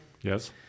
Yes